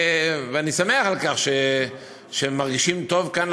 ואני שמח על כך שהם מרגישים טוב כאן,